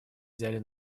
взяли